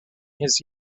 his